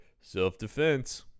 self-defense